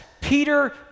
Peter